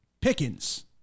Pickens